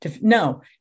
No